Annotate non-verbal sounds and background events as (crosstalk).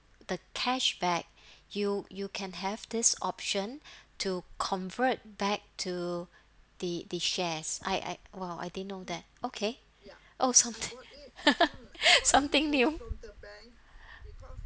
the cashback you you can have this option to convert back to the the shares I I !wow! I didn't know that okay oh something (laughs) something new